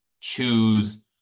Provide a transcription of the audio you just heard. choose